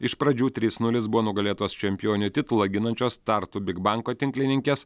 iš pradžių trys nulis buvo nugalėtos čempionių titulą ginančios tartu big banko tinklininkės